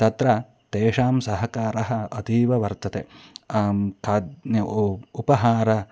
तत्र तेषां सहकारः अतीव वर्तते खाद्यम् उपहारः